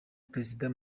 perezida